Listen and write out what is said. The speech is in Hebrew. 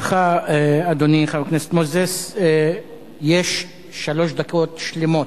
לך, אדוני חבר הכנסת מוזס, יש שלוש דקות שלמות.